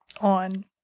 on